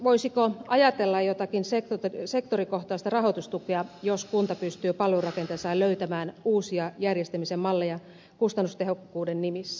voisiko ajatella jotakin sektorikohtaista rahoitustukea jos kunta pystyy palvelurakenteeseensa löytämään uusia järjestämisen malleja kustannustehokkuuden nimissä